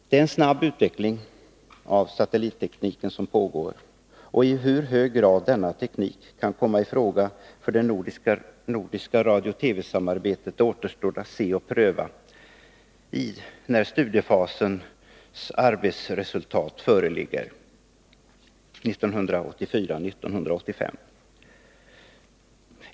Det är en snabb utveckling av satellittekniken som pågår, och i hur hög grad denna teknik kan komma i fråga för det nordiska radio-TV-samarbetet återstår att se och pröva när studiefasens arbetsresultat föreligger 1984-1985.